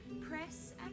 press